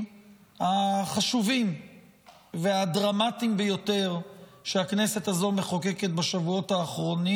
החשובים והדרמטיים ביותר שהכנסת הזו מחוקקת בשבועות האחרונים.